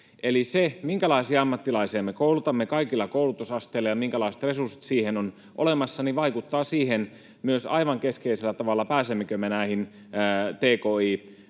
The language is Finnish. Eli se, minkälaisia ammattilaisia me koulutamme kaikilla koulutusasteilla ja minkälaiset resurssit siihen on olemassa, vaikuttaa myös aivan keskeisellä tavalla siihen, pääsemmekö me näihin tki-tavoitteisiin.